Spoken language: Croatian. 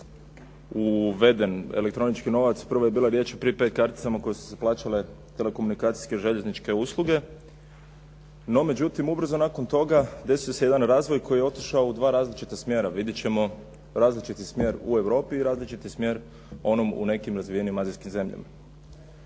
uveden elektronički novac, prvo je bila riječ o prepaid karticama koje su se plaćale telekomunikacijske željezničke usluge. No međutim, ubrzo nakon toga, desio se jedan razvoj koji je otišao u dva različita smjera. Vidjeti ćemo različiti smjer u Europi i različiti smjer onom u nekim razvijenim azijskim zemljama.